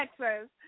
Texas